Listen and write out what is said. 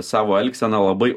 savo elgsena labai